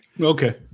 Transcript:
okay